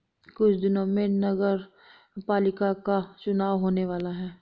कुछ दिनों में नगरपालिका का चुनाव होने वाला है